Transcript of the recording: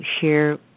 share